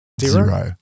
Zero